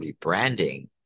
rebranding